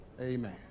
Amen